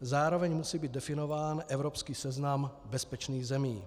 Zároveň musí být definován evropský seznam bezpečných zemí.